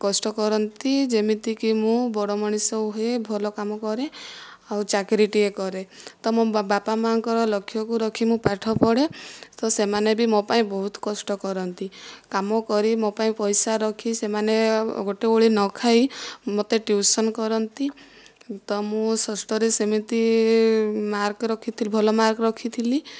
କଷ୍ଟ କରନ୍ତି ଯେମିତିକି ମୁଁ ବଡ଼ ମଣିଷ ହୁଏ ଭଲ କାମ କରେ ଆଉ ଚାକିରିଟିଏ କରେ ତ ମୋ ବାପା ମାଆଙ୍କର ଲକ୍ଷ୍ୟକୁ ରଖି ମୁଁ ପାଠ ପଢ଼େ ତ ସେମାନେ ବି ମୋ ପାଇଁ ବହୁତ କଷ୍ଟ କରନ୍ତି କାମ କରି ମୋ ପାଇଁ ପଇସା ରଖି ସେମାନେ ଗୋଟିଏ ଓଳି ନ ଖାଇ ମୋତେ ଟ୍ୟୁସନ୍ କରନ୍ତି ତ ମୁଁ ଷଷ୍ଠରେ ସେମିତି ମାର୍କ୍ ରଖିଥିଲି ଭଲ ମାର୍କ୍ ରଖିଥିଲି